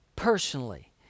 personally